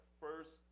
first